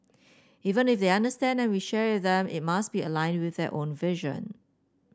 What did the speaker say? even if they understand and we share with them it must be aligned with their own vision